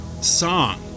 song